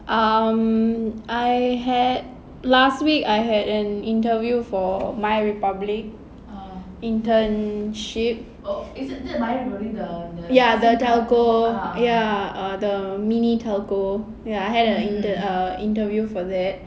um I had last week I had an interview for MyRepublic internship ya the telcommunications ya err the mini telcommunications ya I had an intern err interview for that